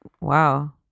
wow